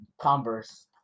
Converse